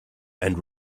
and